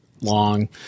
long